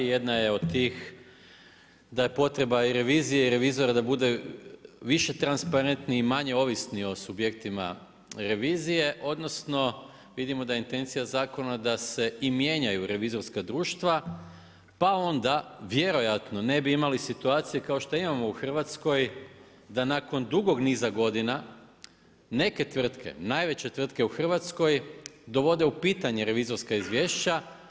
Jedna je od tih da je potreba i revizije i revizora da bude više transparentni i manje ovisni o subjektima revizije, odnosno vidimo da je intencija zakona da se i mijenjaju revizorska društva, pa onda vjerojatno ne bi imali situacije kao što imamo u Hrvatskoj, da nakon dugog niza godina neke tvrtke, najveće tvrtke u Hrvatskoj dovode u pitanje revizorska izvješća.